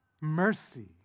mercy